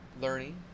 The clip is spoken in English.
learning